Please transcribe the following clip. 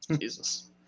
Jesus